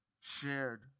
shared